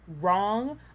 wrong